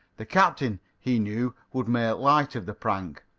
the captain, he knew, would make light of the prank.